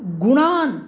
गुणान्